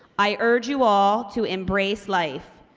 i urge you all to embrace life.